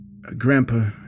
Grandpa